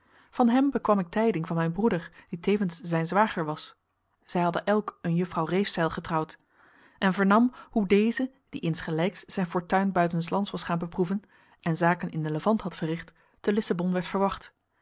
van hem bekwam ik tijding van mijn broeder die tevens zijn zwager was zij hadden elk eene juffrouw reefzeil getrouwd en vernam hoe deze die insgelijks zijn fortuin buitenslands was gaan beproeven en zaken in de levant had verricht te lissabon werd verwacht